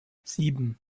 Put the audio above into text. sieben